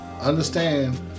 understand